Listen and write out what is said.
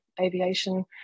aviation